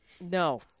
No